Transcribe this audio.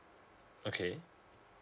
okay